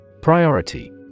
Priority